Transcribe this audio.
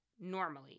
normally